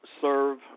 serve